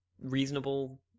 reasonable